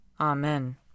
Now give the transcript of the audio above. Amen